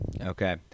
Okay